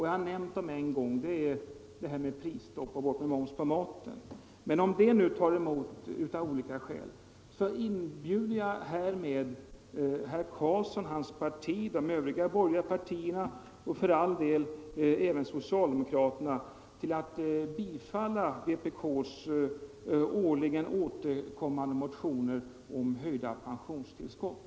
Jag har nämnt dem en gång tidigare: prisstopp och borttagande av moms på maten. Men om det nu av olika skäl tar emot, så inbjuder jag härmed herr Carlsson och hans parti plus övriga borgerliga partier — och för all del även socialdemokraterna! — till att bifalla vpk:s årligen återkommande motioner om höjda pensionstillskott.